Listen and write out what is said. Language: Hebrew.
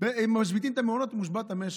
מושבת המשק.